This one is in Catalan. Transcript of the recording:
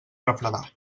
refredar